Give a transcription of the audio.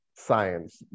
science